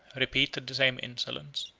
repeated the same insolence.